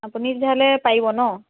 আপুনি তেতিয়াহ'লে পাৰিব ন